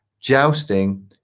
jousting